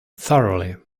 thoroughly